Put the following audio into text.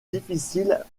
difficiles